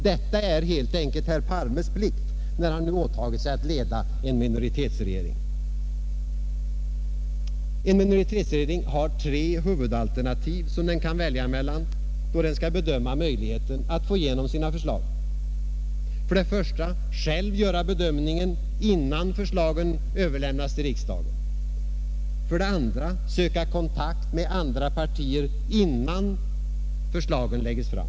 Detta är helt enkelt herr Palmes plikt när han nu åtagit sig att leda en minoritetsregering. En minoritetsregering har tre huvudalternativ, som den kan välja mellan då den skall bedöma möjligheten att få igenom sina förslag. Den kan för det första själv göra bedömningen innan förslagen överlämnas till riksdagen. Den kan för det andra söka kontakt med andra partier innan förslagen lägges fram.